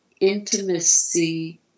intimacy